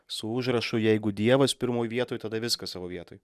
su užrašu jeigu dievas pirmoj vietoj tada viskas savo vietoj